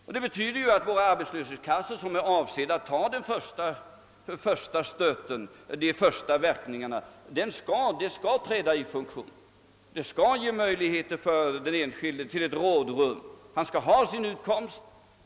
Detta betyder att arbetslöshetskassorna, som är avsedda att ta den första stöten, skall träda i funktion. De skall ge möjlighet till rådrum för den enskilde.